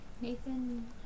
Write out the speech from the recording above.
Nathan